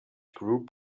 group